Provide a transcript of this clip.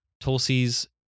Tulsi's